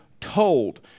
told